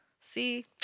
See